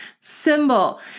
symbol